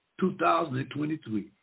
2023